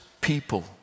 people